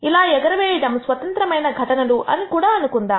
ఇలా ఎగరవేయడం స్వతంత్రమైన ఘటనలు అని కూడా అనుకుందాం